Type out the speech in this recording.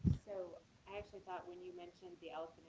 so i actually thought when you mentioned the ah